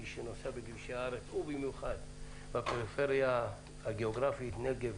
מי שנוסע בכבישי הארץ ובמיוחד בפריפריה הגיאוגרפית הנגב,